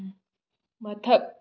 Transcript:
ꯃꯊꯛ